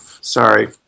Sorry